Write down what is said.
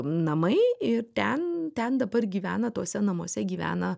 namai ir ten ten dabar gyvena tuose namuose gyvena